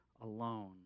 alone